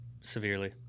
severely